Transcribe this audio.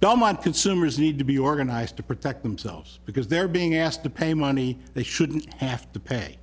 don't want consumers need to be organized to protect themselves because they're being asked to pay money they shouldn't have to pay